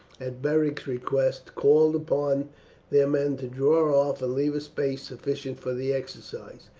at beric's request, called upon their men to draw off and leave a space sufficient for the exercises.